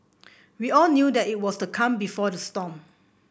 we all knew that it was the calm before the storm